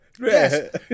yes